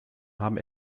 haben